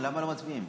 למה לא מצביעים?